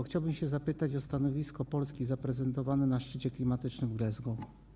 Chciałbym się zapytać o stanowisko Polski zaprezentowane na szczycie klimatycznym w Glasgow.